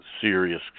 Serious